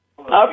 Okay